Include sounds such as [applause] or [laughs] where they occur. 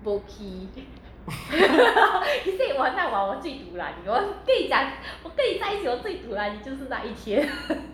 [laughs]